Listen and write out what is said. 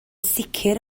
sicr